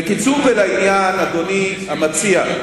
בקיצור ולעניין, אדוני המציע.